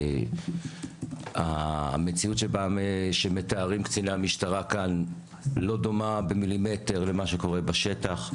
המציאות שמתארים קציני המשטרה כאן לא דומה במילימטר למה שקורה בשטח.